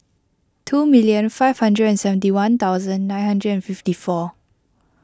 two million five hundred and seventy one thousand nine hundred and fifty four